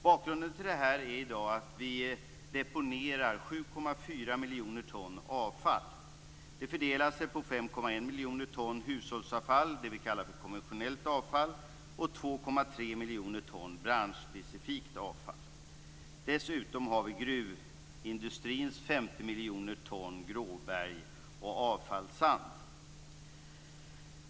Bakgrunden till detta är att vi i dag deponerar 7,4 miljoner ton avfall. Det fördelar sig på 5,1 miljoner ton hushållsavfall, det vi kallar för konventionellt avfall, och 2,3 miljoner ton branschspecifikt avfall. Dessutom har vi gruvindustrins 50 miljoner ton gråberg och avfallssand.